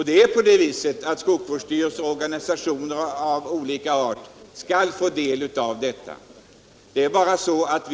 Det förhåller sig så att skogsvårdsstyrelser och organisationer av olika art skall ha möjlighet att delta i projekteringen.